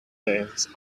days